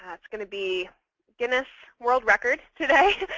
it's going to be guinness world record today.